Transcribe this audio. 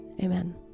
Amen